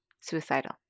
suicidal